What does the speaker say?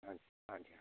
हाँ जी हाँ जी हाँ जी